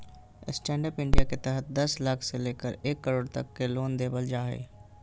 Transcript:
stand up India के तहत दस लाख से लेकर एक करोड़ तक के लोन देल जा हइ